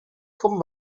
con